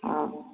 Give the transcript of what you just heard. অ'